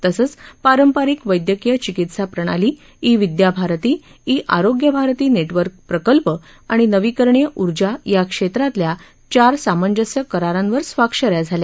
तसंच पारंपरिक वैद्यकीय चिकित्सा प्रणाली e Vidyabharati e Arogya Bharati network प्रकल्प आणि नवीकरणीय उर्जा या क्षेत्रातल्या चार सामंजस्य करारांवर स्वाक्ष या झाल्या